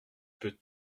peut